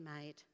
made